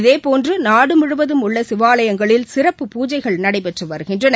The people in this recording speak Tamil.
இதேபோன்று நாடு முழுவதும் உள்ள சிவாலயங்களில் சிறப்பு பூஜைகள் நடைபெற்று வருகின்றன